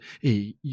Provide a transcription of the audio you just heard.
Hey